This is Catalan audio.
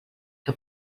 que